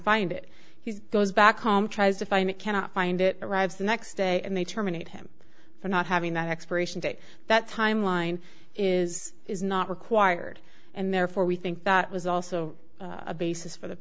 find it he goes back home tries to find it cannot find it arrives the next day and they terminate him for not having that expiration date that timeline is is not required and therefore we think that was also a basis for the